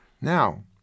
Now